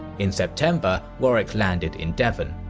in september warwick landed in devon.